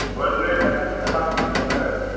بٔڑ گٲڑۍ چھا کھسان کِنہٕ لۄکٹٕی ٹریکٹر ویٚکٹر